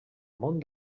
món